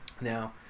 Now